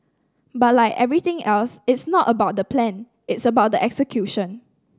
but like everything else it's not about the plan it's about the execution